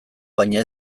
baina